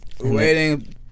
waiting